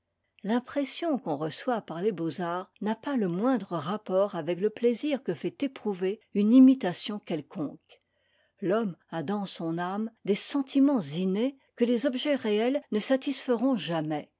l'impression qu'on reçoit par les beaux-arts n'a pas le moindre rapport avec le plaisir que fait éprouver une imitation quelconque l'homme a dans son âme des sentiments innés que les objets réels ne satisferont jamais